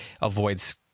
avoids